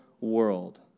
world